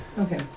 Okay